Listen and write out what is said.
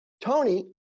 Tony